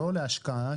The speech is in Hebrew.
לא להשקעה,